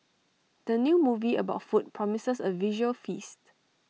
the new movie about food promises A visual feast